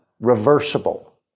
reversible